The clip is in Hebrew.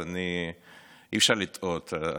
אז אי-אפשר לטעות.